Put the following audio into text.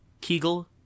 Kegel